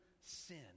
sin